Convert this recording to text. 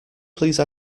please